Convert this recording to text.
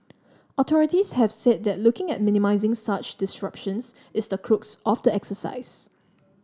authorities have said that looking at minimising such disruptions is the crux of the exercise